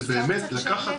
זה באמת לקבוע,